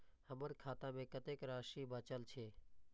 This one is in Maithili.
हमर खाता में कतेक राशि बचल छे?